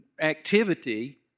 activity